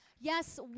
Yes